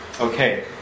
Okay